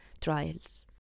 trials